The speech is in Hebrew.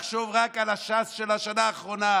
לחשוב רק על הש"ס של השנה האחרונה,